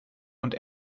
und